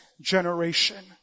generation